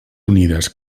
unides